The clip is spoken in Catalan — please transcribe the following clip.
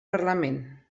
parlament